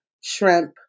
shrimp